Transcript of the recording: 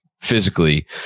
physically